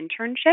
internship